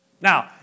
Now